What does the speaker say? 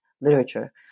literature